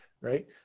right